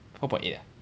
four point eight ah